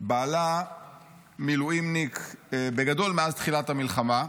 בעלה מילואימניק בגדול מאז תחילת המלחמה,